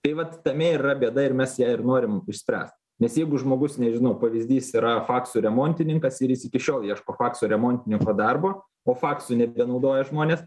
tai vat tame ir yra bėda ir mes ją ir norim išspręst nes jeigu žmogus nežinau pavyzdys yra faksų remontininkas ir jis iki šiol ieško fakso remontininko darbo o faksų nebenaudoja žmonės